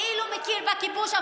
כאילו מכיר בכיבוש.